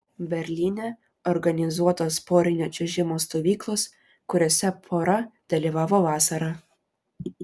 berlyne organizuotos porinio čiuožimo stovyklos kuriose pora dalyvavo vasarą